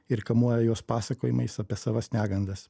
ir kamuoja juos pasakojimais apie savas negandas